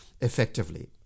effectively